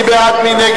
מי בעד?